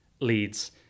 leads